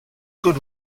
good